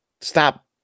Stop